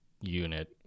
unit